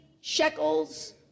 shekels